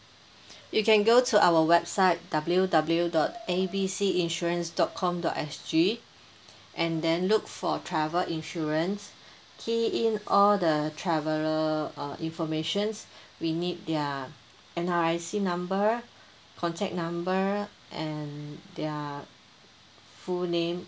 you can go to our website W W dot A B C insurance dot com dot S G and then look for travel insurance key in all the traveller uh informations we need their N_R_I_C number contact number and their full name